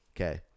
Okay